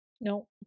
No